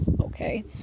Okay